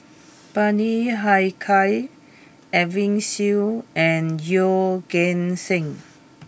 Bani Haykal Edwin Siew and Yeoh Ghim Seng